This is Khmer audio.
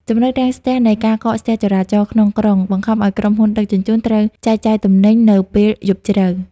ចំណុចរាំងស្ទះនៃ "ការកកស្ទះចរាចរណ៍ក្នុងក្រុង" បង្ខំឱ្យក្រុមហ៊ុនដឹកជញ្ជូនត្រូវចែកចាយទំនិញនៅពេលយប់ជ្រៅ។